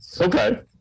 Okay